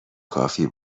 کافی